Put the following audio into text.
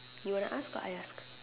you want to ask or I ask